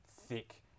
thick